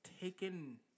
taken